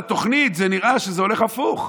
בתוכנית נראה שזה הולך הפוך.